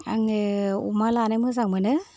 आङो अमा लानो मोजां मोनो